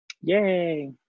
Yay